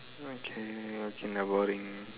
okay okay boring ah